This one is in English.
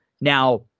Now